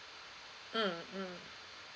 mm mm